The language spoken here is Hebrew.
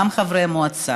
גם חברי מועצה.